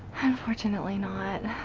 unfortunately not.